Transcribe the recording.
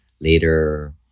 later